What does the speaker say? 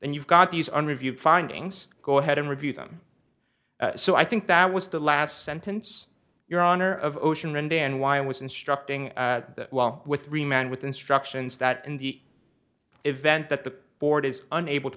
and you've got these are reviewed findings go ahead and review them so i think that was the last sentence your honor of ocean and then why was instructing well with three men with instructions that in the event that the board is unable to